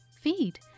feed